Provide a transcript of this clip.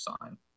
sign